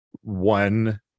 one